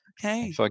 okay